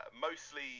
mostly